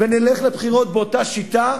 ונלך לבחירות באותה שיטה,